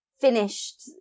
finished